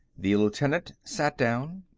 the lieutenant sat down,